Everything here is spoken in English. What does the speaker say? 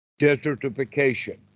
desertification